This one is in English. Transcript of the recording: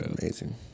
Amazing